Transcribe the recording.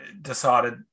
decided